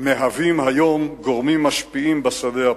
שמהווים היום גורמים משפיעים בשדה הפוליטי.